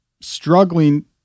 struggling